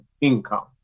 income